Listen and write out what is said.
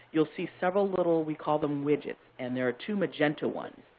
you'll see several little we call them widgets, and there are two magenta ones.